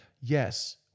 yes